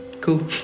cool